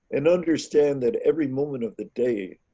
and understand that every moment of the day.